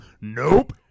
Nope